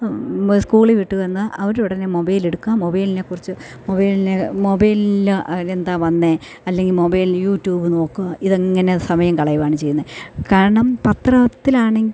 school വിട്ടു വന്നാൽ അവരുടനെ മൊബൈലെടുക്കാൻ മൊബൈലിനെ കുറിച്ച് മൊബൈലിനെ മൊബൈലിൽ ആ എന്താ വന്നേ അല്ലെങ്കിൽ മൊബൈൽ യൂട്യൂബ് നോക്കാം ഇതെങ്ങനെ സമയം കളയുകയാണ് ചെയ്യുന്നത് കാരണം പത്രത്തിലാണെങ്കിൽ